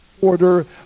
order